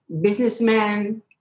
businessman